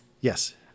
Yes